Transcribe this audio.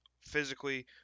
physically